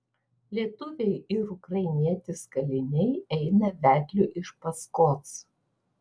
lietuviai ir ukrainietis kaliniai eina vedliui iš paskos